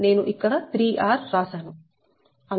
నేను ఇక్కడ 3r రాశాను